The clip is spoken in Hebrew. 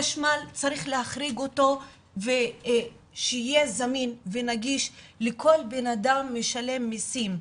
חשמל צריך להחריג אותו ושיהיה זמין ונגיש לכל בנאדם משלם מיסים.